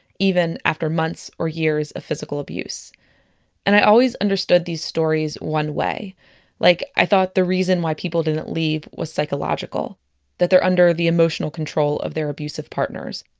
even after months or years of physical abuse and i always understood these stories one way like i thought that the reason why people didn't leave was psychological that they're under the emotional control of their abusive partners.